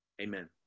amen